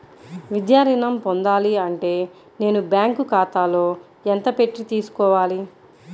విద్యా ఋణం పొందాలి అంటే నేను బ్యాంకు ఖాతాలో ఎంత పెట్టి తీసుకోవాలి?